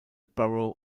borough